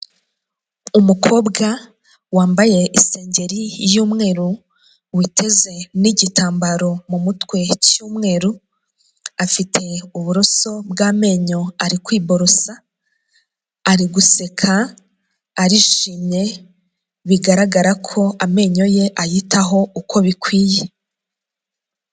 Umukobwa wambaye isengegeri y'umweru witeze n'igitambaro mu mutwe cy'umweru, afite uburoso bw'amenyo ari kwiborosa, ari guseka arishimye bigaragara ko amenyo ye ayitaho uko bikwiye.